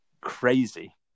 crazy